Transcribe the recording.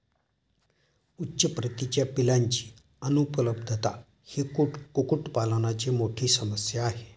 उच्च प्रतीच्या पिलांची अनुपलब्धता ही कुक्कुटपालनाची मोठी समस्या आहे